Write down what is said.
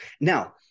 Now